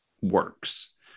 works